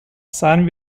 seien